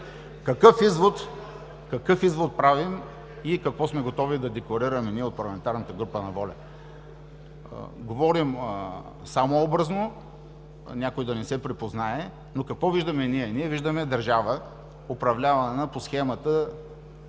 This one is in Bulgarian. Какъв извод правим и какво сме готови да декларираме ние от парламентарната група на „Воля“? Говорим само образно, някой да не се припознае, но какво виждаме ние? Ние виждаме държава, управлявана по схемата